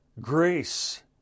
Grace